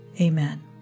Amen